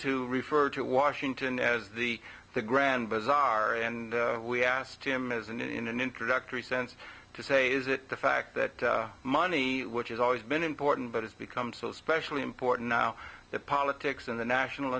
to refer to washington as the the grand bazaar and we asked him as and in an introductory sense to say is it the fact that money which has always been important but it's become so especially important now that politics and the national